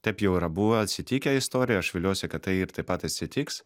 taip jau yra buvę atsitikę istorijoj aš viliuosi kad tai ir taip pat atsitiks